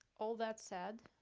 all that said,